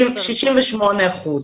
68 אחוזים.